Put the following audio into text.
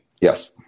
Yes